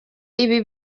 ibi